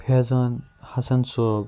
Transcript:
Faizan Hasan Sahib